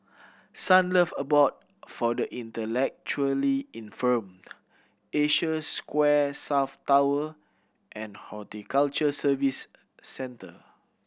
Sunlove Abode for the Intellectually Infirmed Asia Square South Tower and Horticulture Services Centre